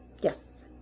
Yes